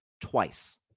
twice